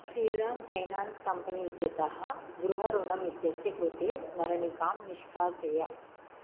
Shriram finance company इत्यतः गृहऋणम् इत्यस्य कृते स्मरणिकां निष्कासय